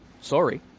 Sorry